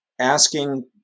asking